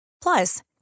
Plus